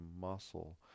muscle